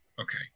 Okay